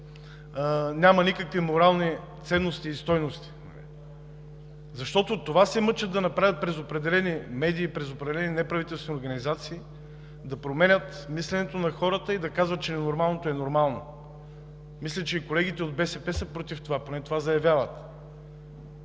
няма никакви морални ценности и стойности. Това се мъчат да направят през определени медии, през определени неправителствени организации – да променят мисленето на хората и да казват, че ненормалното е нормално. Мисля, че и колегите от БСП са против това и поне това заявяват.